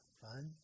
fun